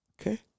Okay